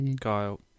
Kyle